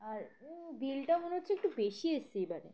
আর বিলটা মনে হচ্ছে একটু বেশি এসেছে এবারে